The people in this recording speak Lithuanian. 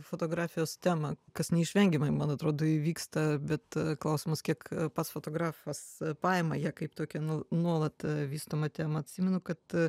fotografijos temą kas neišvengiamai man atrodo įvyksta bet klausimas kiek pats fotografas paima ją kaip tokią nu nuolat vystomą temą atsimenu kad